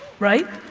right?